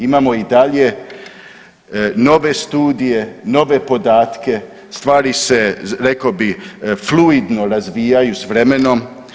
Imamo i dalje nove studije, nove podatke, stvari se rekao bi fluidno razvijaju s vremenom.